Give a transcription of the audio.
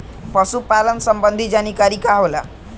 पशु पालन संबंधी जानकारी का होला?